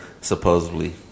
supposedly